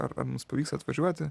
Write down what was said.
ar ar mums pavyks atvažiuoti